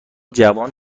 جوان